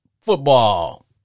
football